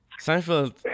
Seinfeld